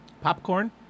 Popcorn